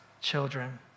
children